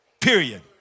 period